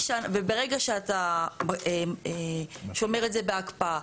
ברגע שאתה שומר את זה בהקפאה,